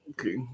Okay